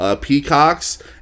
peacocks